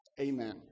Amen